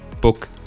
book